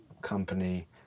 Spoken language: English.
company